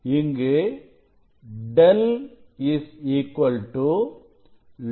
இங்கு Δ λ2